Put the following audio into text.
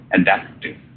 adaptive